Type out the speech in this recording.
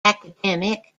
academic